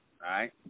right